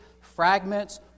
fragments